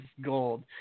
gold